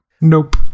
Nope